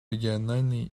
региональной